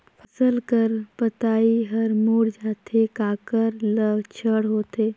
फसल कर पतइ हर मुड़ जाथे काकर लक्षण होथे?